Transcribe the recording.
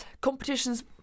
Competition's